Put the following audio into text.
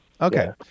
Okay